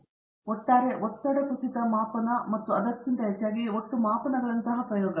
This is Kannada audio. ಅದೇ ರೀತಿ ಒಟ್ಟಾರೆ ಒತ್ತಡ ಕುಸಿತ ಮಾಪನ ಮತ್ತು ಅದಕ್ಕಿಂತ ಹೆಚ್ಚಾಗಿ ಒಟ್ಟು ಮಾಪನಗಳಂತಹ ಪ್ರಯೋಗ